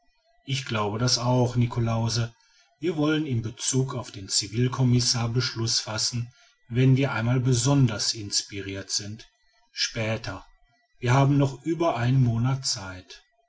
ich glaube das auch niklausse wir wollen in bezug auf den civilcommissar beschluß fassen wenn wir einmal besonders inspirirt sind später wir haben noch über einen monat zeit